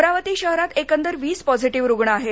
अमरावती शहरात एकदर वीस पॉझिटिव्ह रुग्ण आहेत